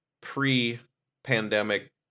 pre-pandemic